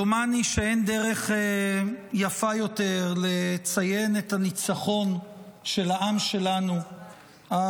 דומני שאין דרך יפה יותר לציין את הניצחון של העם שלנו על